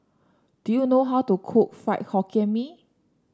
do you know how to cook Fried Hokkien Mee